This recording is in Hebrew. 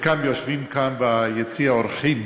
וחלקם יושבים כאן ביציע האורחים